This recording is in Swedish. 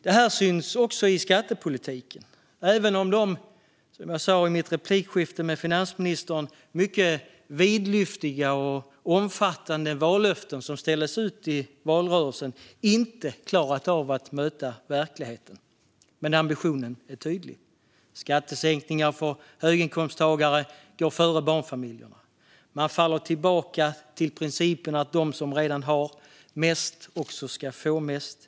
Det här syns också i skattepolitiken även om de, som jag sa i mitt replikskifte med finansministern, mycket vidlyftiga och omfattande vallöften som ställdes ut i valrörelsen inte klarat av att möta verkligheten. Men ambitionen är tydlig. Skattesänkningar för höginkomsttagare går före barnfamiljerna. Man faller tillbaka till principen att de som redan har mest också ska få mest.